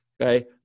Okay